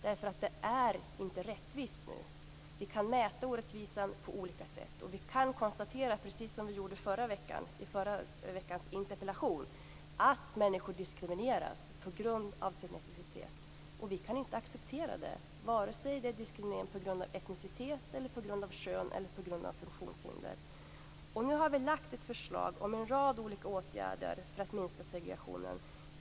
Det är inte rättvist nu. Vi kan mäta orättvisan på olika sätt. Vi kan konstatera, precis som vi gjorde i förra veckans interpellationsdebatt, att människor diskrimineras på grund av sin etnicitet. Vi kan inte acceptera det, vare sig det är diskriminering på grund av etnicitet eller på grund av kön eller funktionshinder. Nu har vi lagt fram ett förslag om en rad olika åtgärder för att minska segregationen.